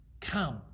come